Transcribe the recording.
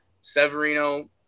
Severino